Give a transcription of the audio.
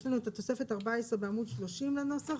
יש לנו את התוספת 14 בעמוד 30 לנוסח,